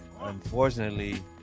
unfortunately